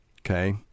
Okay